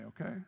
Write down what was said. okay